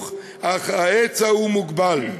בחינוך אך ההיצע הוא מוגבל,